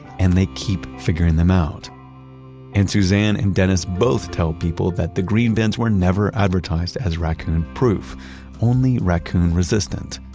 and they keep figuring them out and suzanne and dennis both tell people that the green bins were never advertised as raccoon proof only raccoon resistant.